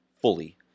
Fully